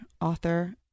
author